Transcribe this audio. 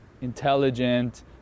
intelligent